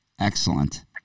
Excellent